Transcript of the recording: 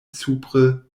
supre